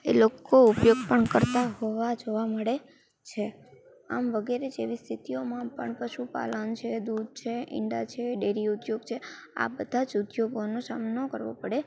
એ લોકો ઉપયોગ પણ કરતા હોવા જોવા મળે છે આમ વગેરે જેવી સ્થિતિઓમાં પણ પશુપાલન છે દૂધ છે ઈંડા છે ડેરી ઉદ્યોગ છે આ બધા જ ઉદ્યોગોનો સામનો કરવો પડે છે